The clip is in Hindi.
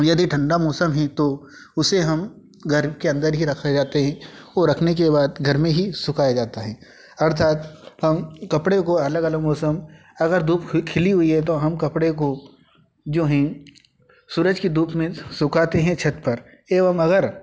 यदि ठंडा मौसम है तो उसे हम घर के अंदर ही रखा जाता है और रखने के बाद घर में ही सुखाया जाता है अर्थात हम कपड़े को अलग अलग मौसम अगर धूप खिली हुई है तो हम कपड़े को जो हैं सूरज की धूप में सुखाते हैं छत पर एवं अगर